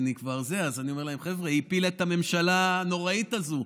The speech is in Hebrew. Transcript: אני אומר להם: היא הפילה את הממשלה הנוראית הזאת.